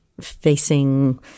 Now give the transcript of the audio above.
facing